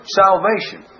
salvation